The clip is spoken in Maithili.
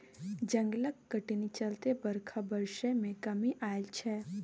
जंगलक कटनी चलते बरखा बरसय मे कमी आएल छै